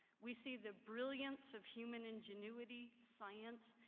we see the brilliance of human ingenuity, science,